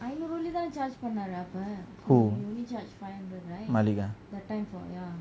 who maalik ah